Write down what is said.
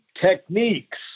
techniques